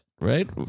right